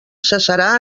cessarà